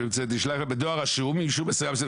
"בדואר רשום עם אישור מסירה".